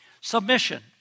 Submission